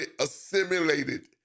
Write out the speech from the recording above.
assimilated